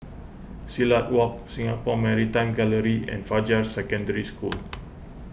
Silat Walk Singapore Maritime Gallery and Fajar Secondary School